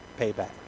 payback